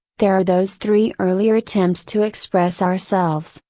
there are those three earlier attempts to express ourselves,